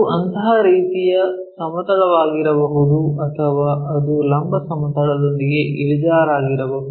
ಅದು ಅಂತಹ ರೀತಿಯ ಸಮತಲವಾಗಿರಬಹುದು ಅಥವಾ ಅದು ಲಂಬ ಸಮತಲದೊಂದಿಗೆ ಇಳಿಜಾರಾಗಿರಬಹುದು